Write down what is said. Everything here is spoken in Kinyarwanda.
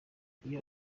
iyo